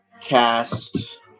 cast